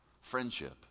friendship